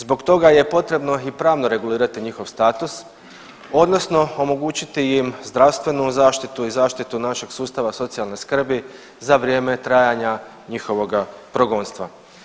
Zbog toga je potrebno i pravno regulirati njihov status odnosno omogućiti im zdravstvenu zaštitu i zaštitu našeg sustava socijalne skrbi za vrijeme trajanja njihovoga progonstva.